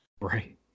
Right